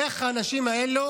איך האנשים האלה